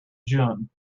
june